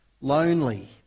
lonely